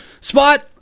Spot